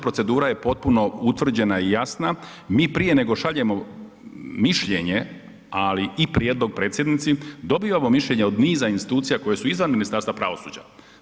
Procedura je potpuno utvrđena i jasna, mi prije nego šaljemo mišljenje ali i prijedlog predsjednici dobivamo mišljenje od niza institucija koje su izvan Ministarstva pravosuđa.